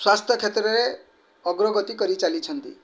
ସ୍ୱାସ୍ଥ୍ୟ କ୍ଷେତ୍ରରେ ଅଗ୍ରଗତି କରିଚାଲିଛନ୍ତି